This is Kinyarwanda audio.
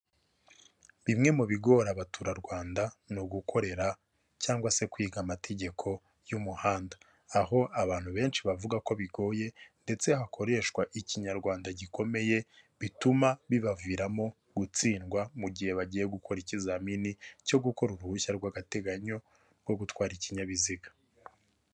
Bimwe mu bigora Abaturarwanda ni ugukorera cyangwa se kwiga amategeko y'umuhanda. Aho abantu benshi bavuga ko bigoye ndetse hakoreshwa ikinyarwanda gikomeye, bituma bibaviramo gutsindwa mu gihe bagiye gukora ikizamini cyo gukora uruhushya rw'agateganyo rwo gutwara ikinyabiziga.